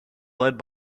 led